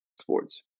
sports